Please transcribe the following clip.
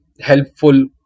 helpful